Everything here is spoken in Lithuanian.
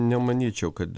nemanyčiau kad